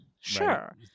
Sure